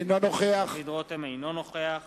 אינו נוכח